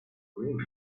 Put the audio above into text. brim